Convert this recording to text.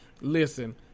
Listen